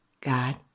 God